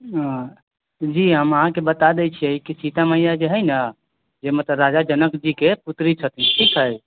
ओ जी हम अहाँके बताए दै छियै की सीता मैया जे है न जे मतलब राजा जनक जी के पुत्री छथिन ठीक है